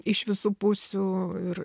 iš visų pusių ir